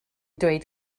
dweud